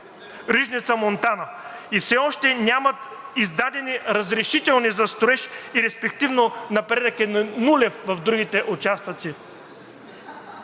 Рижница – Монтана, и все още нямат издадени разрешителни за строеж и респективно напредъкът им е нулев в другите участъци.